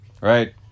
right